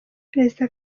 perezida